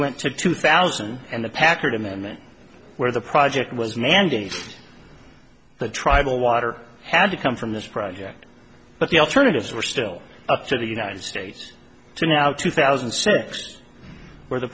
went to two thousand and the packard amendment where the project was mandated the tribal water had to come from this project but the alternatives were still up to the united states to now two thousand and six where the